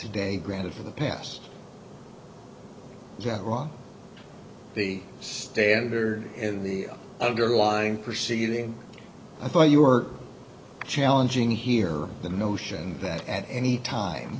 today granted for the past that rock the standard in the underlying proceeding i thought you were challenging here the notion that at any time